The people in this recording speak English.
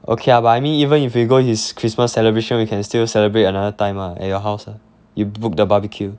okay lah but I mean even if we go his christmas celebration we can still celebrate another time uh at your house ah you book the barbecue